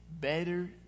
better